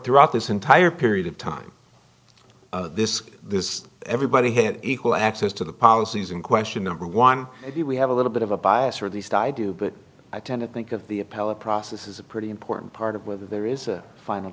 roughout this entire period of time this is this everybody has equal access to the policies in question number one we have a little bit of a bias or at least i do but i tend to think of the appellate process is a pretty important part of whether there is a final